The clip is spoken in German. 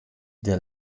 der